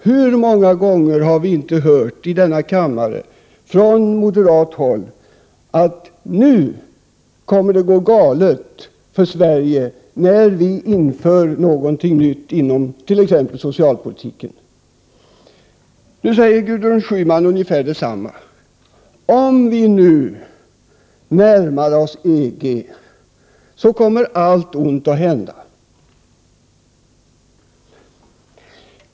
Hur många gånger har vi inte i denna kammare från moderat håll hört, att det nu kommer att gå galet för oss i Sverige när vi inför något nytt inom t.ex. socialpolitiken. Nu säger Gudrun Schyman från vpk ungefär detsamma, nämligen att om vi närmar oss EG kommer allt ont att hända.